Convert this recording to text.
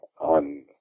on